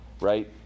right